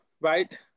right